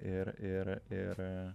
ir ir ir